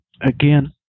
again